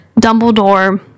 Dumbledore